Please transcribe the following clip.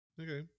okay